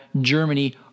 Germany